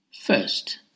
First